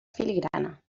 filigrana